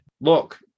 Look